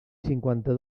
cinquanta